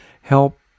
help